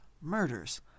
murders